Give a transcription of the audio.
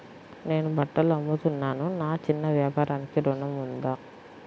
నేను బట్టలు అమ్ముతున్నాను, నా చిన్న వ్యాపారానికి ఋణం ఉందా?